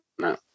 No